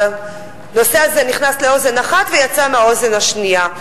הנושא הזה נכנס לאוזן אחת ויצא מהאוזן השנייה.